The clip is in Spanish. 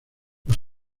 los